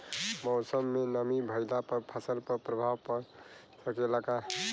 मौसम में नमी भइला पर फसल पर प्रभाव पड़ सकेला का?